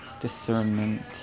Discernment